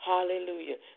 Hallelujah